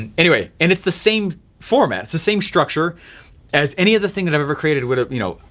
and anyway, and it's the same format. it's the same structure as any other thing that i've ever created with it. you know,